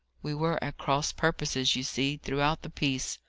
we were at cross-purposes, you see, throughout the piece.